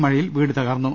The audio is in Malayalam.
മഴയിൽ വീട് തകർന്നു